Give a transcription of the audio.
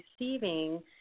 receiving